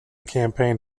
campaign